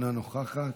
אינה נוכחת,